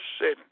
sin